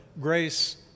grace